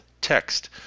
text